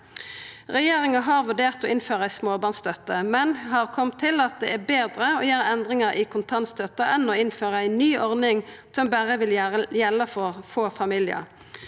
Regjeringa har vurdert å innføra ein småbarnsstønad, men har kome til at det er betre å gjera endringar i kontantstønaden enn å innføra ei ny ordning som berre vil gjelda for få familiar.